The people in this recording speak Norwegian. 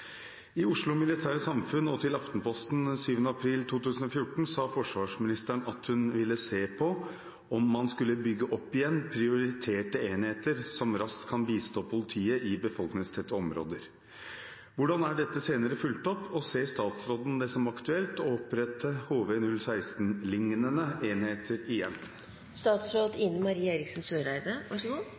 I Oslo Militære Samfund og til Aftenposten 7. april 2014 sa forsvarsministeren at hun ville se på om man skal bygge opp igjen prioriterte enheter som raskt kan bistå politiet i befolkningstette områder. Hvordan er dette senere fulgt opp, og ser statsråden det som aktuelt å opprette HV-016-lignende enheter igjen?»